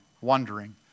wondering